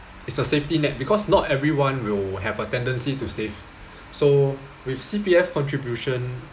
it's a safety net because not everyone will have a tendency to save so with C_P_F contribution